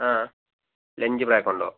അ lunch ബ്രേക്കൊണ്ടൊ